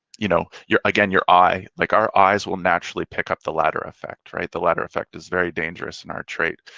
you know, your, again, your eye like our eyes will naturally pick up the ladder effect, right? the ladder effect is very dangerous in our trade.